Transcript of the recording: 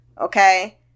okay